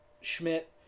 Schmidt